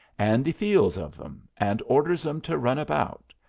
and he feels of em, and orders em to run about.